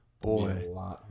boy